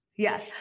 Yes